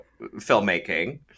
filmmaking